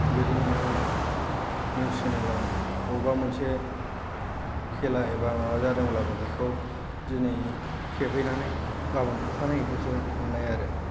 गोदोनियाव निउस सेनेलाव बबेबा मोनसे खेला एबा माबा जादोंब्लाबो बेखौ दिनै खेबहैनानै गाबोन अखानायैफोरसो नुनाय आरो